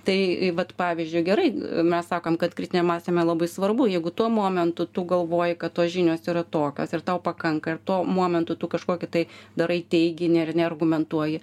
tai vat pavyzdžiui gerai mes sakom kad kritiniam mąstyme labai svarbu jeigu tuo momentu tu galvoji kad tos žinios yra tokios ir tau pakanka ir tuo momentu tu kažkokį tai darai teiginį ar ne argumentuoji